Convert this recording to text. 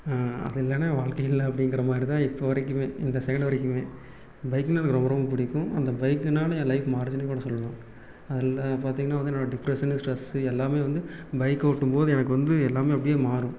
அது இல்லைனா என் வாழ்க்கையே இல்லை அப்படிங்கிற மாதிரிதான் இப்போது வரைக்குமே இந்த செகண்ட் வரைக்குமே பைக்குனா எனக்கு ரொம்ப ரொம்ப பிடிக்கும் அந்த பைக்குனால என் லைஃப் மாறுச்சுனேக் கூட சொல்லலாம் அதில் பார்த்திங்கன்னா வந்து என்னோடய டிப்ரெஷனு ஸ்ட்ரெஸ்ஸு எல்லாமே வந்து பைக் ஓட்டும்போது எனக்கு வந்து எல்லாமே அப்டியே மாறும்